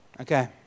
Okay